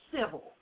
civil